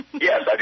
Yes